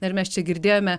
ir mes čia girdėjome